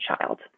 child